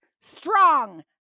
strong